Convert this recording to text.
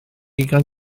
ugain